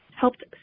helped